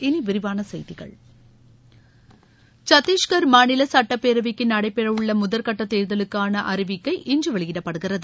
இனி விரிவான செய்திகள் சத்திஷ்கர் மாநில சட்டப்பேரவைக்கு நடைபெற உள்ள முதற்கட்ட தேர்தலுக்கான அறிவிக்கை இன்று வெளியிடப்படுகிறது